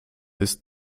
ist